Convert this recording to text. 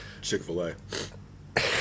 Chick-fil-A